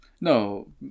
No